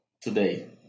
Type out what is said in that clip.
today